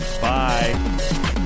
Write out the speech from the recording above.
Bye